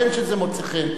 בין שזה מוצא חן,